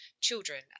children